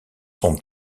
son